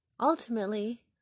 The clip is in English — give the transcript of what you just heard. ultimately